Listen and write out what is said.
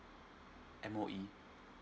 M_O_E